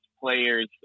players